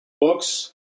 Books